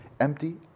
Empty